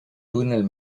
túnel